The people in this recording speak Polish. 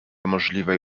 możliwej